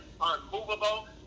unmovable